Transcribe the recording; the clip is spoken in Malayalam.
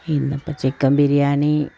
ഇന്ന് ഇപ്പം ചിക്കൻ ബിരിയാണി